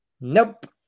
Nope